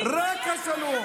נקמה בחמאס.